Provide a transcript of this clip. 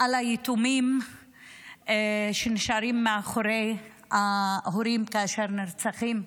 על היתומים שנשארים מאחור כאשר ההורים נרצחים.